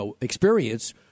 experience